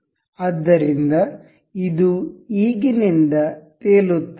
ಆದ್ದರಿಂದ ಇದು ಈಗಿನಿಂದ ತೇಲುತ್ತದೆ